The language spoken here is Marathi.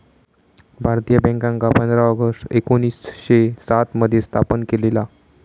भारतीय बॅन्कांका पंधरा ऑगस्ट एकोणीसशे सात मध्ये स्थापन केलेला